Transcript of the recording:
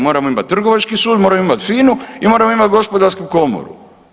Moramo imati Trgovački sud, moramo imati FINA-u i moramo imati Gospodarsku komoru.